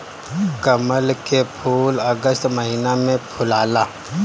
कमल के फूल अगस्त महिना में फुलाला